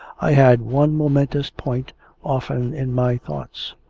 i had one momentous point often in my thoughts.